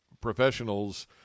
professionals